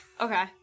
okay